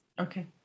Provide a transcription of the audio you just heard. Okay